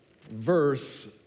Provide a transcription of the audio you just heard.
verse